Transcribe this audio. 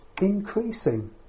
increasing